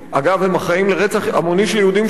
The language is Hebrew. הם אחראים לרצח המוני של יהודים שעוד הקדים